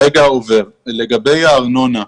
לגבי הארנונה.